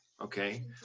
okay